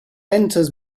enters